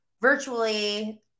virtually